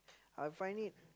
I find it